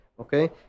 okay